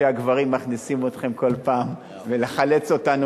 שהגברים מכניסים אתכן אליהם כל פעם ולחלץ אותנו